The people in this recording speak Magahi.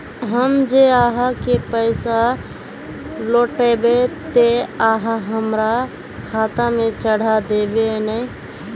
हम जे आहाँ के पैसा लौटैबे ते आहाँ हमरा खाता में चढ़ा देबे नय?